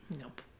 nope